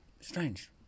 Strange